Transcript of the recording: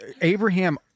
Abraham